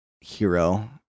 hero